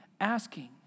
asking